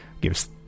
gives